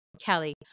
Kelly